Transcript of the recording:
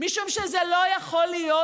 משום שזה לא יכול להיות.